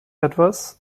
etwas